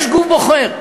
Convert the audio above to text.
יש גוף בוחר,